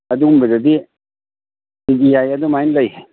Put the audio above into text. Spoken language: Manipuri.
ꯑꯗꯨꯝꯕꯗꯗꯤ ꯑꯗꯨꯃꯥꯏꯅ ꯂꯩ